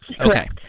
Okay